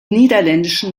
niederländischen